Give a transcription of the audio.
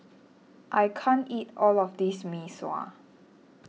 I can't eat all of this Mee Sua